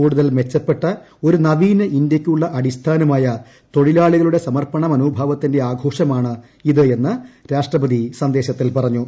കൂടുതൽ മെച്ചപ്പെട്ട ഒരു നവീന ഇന്ത്യയ്ക്കുള്ള അടിസ്ഥാനമായ തൊഴിലാളികളുടെ സമർപ്പണ മനോഭാവത്തിന്റെ ആഘോഷമാണ് ഇത് എന്ന് രാഷ്ട്രപതി സന്ദേശത്തിൽ പറഞ്ഞു